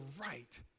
right